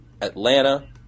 Atlanta